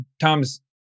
Tom's